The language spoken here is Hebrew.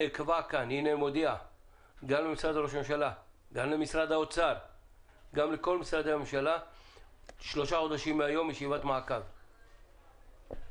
הוועדה תקיים ישיבת מעקב בעוד שלושה חודשים מהיום,